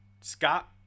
Scott